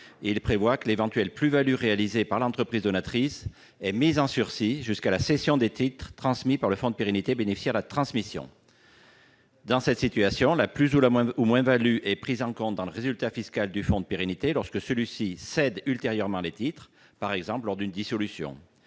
ces fonds. Une éventuelle plus-value réalisée par l'entreprise donatrice serait mise en sursis jusqu'à la cession des titres transmis par le fonds de pérennité bénéficiaire de la transmission. Dans cette situation, la plus-value, ou moins-value, est prise en compte dans le résultat fiscal du fonds de pérennité lorsque celui-ci cède ultérieurement les titres, par exemple lors de sa dissolution.